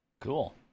cool